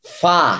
fa